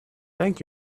thank